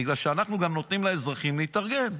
בגלל שאנחנו גם נותנים לאזרחים להתארגן.